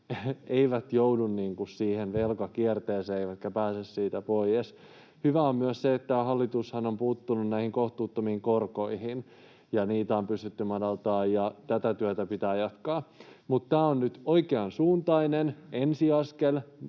eivät joudu siihen velkakierteeseen, josta eivät pääse poies. Hyvää on myös se, että tämä hallitushan on puuttunut näihin kohtuuttomiin korkoihin ja niitä on pystytty madaltamaan. Tätä työtä pitää jatkaa. Tämä on nyt oikeansuuntainen ensi askel,